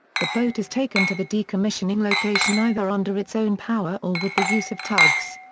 the boat is taken to the decommissioning location either under its own power or with the use of tugs.